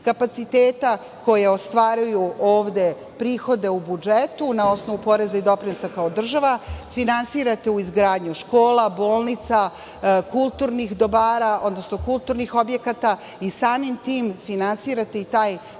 kapaciteta koje ostvaruju prihode u budžetu na osnovu poreza i doprinosa kao država, finansirate u izgradnju škola, bolnica, kulturnih dobara, odnosno kulturnih objekata i samim tim finansirate i taj neproizvodni